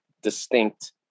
distinct